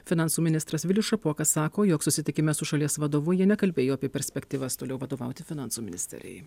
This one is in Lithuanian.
finansų ministras vilius šapoka sako jog susitikime su šalies vadovu jie nekalbėjo apie perspektyvas toliau vadovauti finansų ministerijai